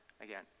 again